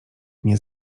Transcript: nie